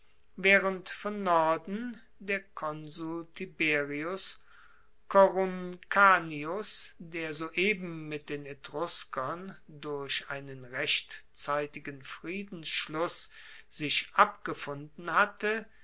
waehrend von norden der konsul tiberius coruncanius der soeben mit den etruskern durch einen rechtzeitigen friedensschluss sich abgefunden hatte